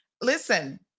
Listen